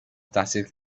تحصیل